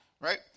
right